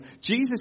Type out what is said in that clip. Jesus